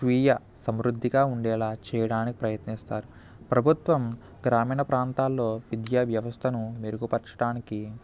స్వీయ సమృద్ధిగా ఉండేలా చేయడానికి ప్రయత్నిస్తారు ప్రభుత్వం గ్రామీణ ప్రాంతాల్లో విద్యా వ్యవస్థను మెరుగుపరచడానికి